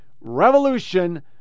revolution